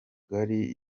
gari